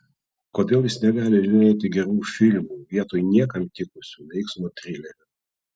kodėl jis negali žiūrėti gerų filmų vietoj niekam tikusių veiksmo trilerių